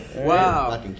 Wow